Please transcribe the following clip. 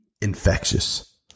infectious